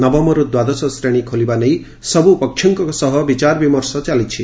ନବମର୍ ଦ୍ୱାଦଶ ଶ୍ରେଣୀ ଖୋଲିବା ନେଇ ସବୁପକ୍ଷଙ୍କ ସହ ବିଚାରବିମର୍ଶ ଚାଲିଛି